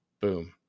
boom